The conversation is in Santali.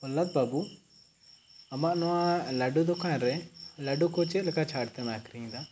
ᱟᱞᱟᱠ ᱵᱟᱹᱵᱩ ᱟᱢᱟᱜ ᱱᱚᱣᱟ ᱞᱟᱹᱰᱩ ᱫᱚᱠᱟᱱ ᱨᱮ ᱞᱟᱹᱰᱩ ᱠᱚ ᱪᱮᱫ ᱞᱮᱠᱟ ᱪᱷᱟᱨ ᱛᱮᱢ ᱟᱹᱠᱷᱨᱤᱧ ᱮᱫᱟ